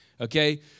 Okay